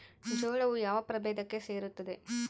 ಜೋಳವು ಯಾವ ಪ್ರಭೇದಕ್ಕೆ ಸೇರುತ್ತದೆ?